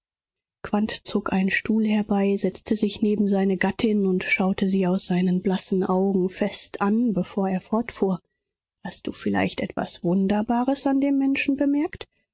zog einen stuhl herbei setzte sich neben seine gattin und schaute sie aus seinen blassen augen fest an bevor er fortfuhr hast du vielleicht etwas wunderbares an dem menschen bemerkt